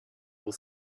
will